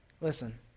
Listen